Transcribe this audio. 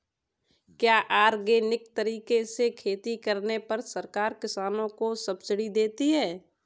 क्या ऑर्गेनिक तरीके से खेती करने पर सरकार किसानों को सब्सिडी देती है?